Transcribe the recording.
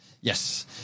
Yes